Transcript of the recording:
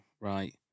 Right